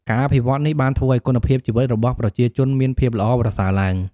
ការអភិវឌ្ឍនេះបានធ្វើឱ្យគុណភាពជីវិតរបស់ប្រជាជនមានភាពល្អប្រសើរឡើង។